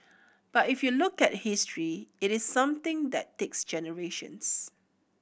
but if you look at history it is something that takes generations